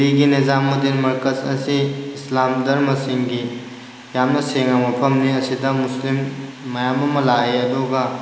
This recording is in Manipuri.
ꯑꯩꯅ ꯁꯥꯟꯅꯕ ꯆꯠꯄꯗ ꯍꯛꯆꯥꯡꯁꯤ ꯄꯥꯃꯟꯈ꯭ꯔꯦꯅ ꯕꯛ ꯅ꯭ꯌꯨꯇ꯭ꯔꯤꯁꯟꯁꯤ ꯆꯥꯔꯝꯕꯅꯤ ꯑꯗꯣ ꯕꯛ ꯅ꯭ꯌꯨꯇ꯭ꯔꯤꯁꯟꯗꯣ